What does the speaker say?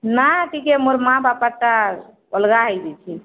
ନାଁ ଟିକେ ମୋର୍ ମାଆ ବାପାର୍'ଟା ଅଲ୍ଗା ହେଇଯାଇଛେ